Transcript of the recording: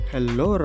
Hello